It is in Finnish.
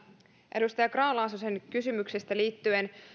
edustaja grahn laasosen kysymyksestä liittyen